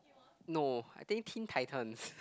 no I think Teen-Titans